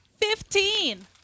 Fifteen